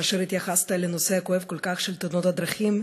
כאשר התייחסת לנושא הכואב כל כך של תאונות הדרכים,